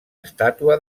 estàtua